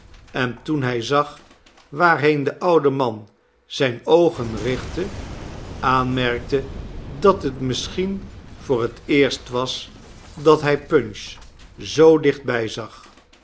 en toen hij zag waarheen de oude man zijne oogen richtte aanmerkte dat het misschien voor het eerst was dat hij punch zoo dichtbij zag